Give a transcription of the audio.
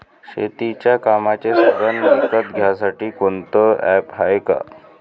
शेतीच्या कामाचे साधनं विकत घ्यासाठी कोनतं ॲप हाये का?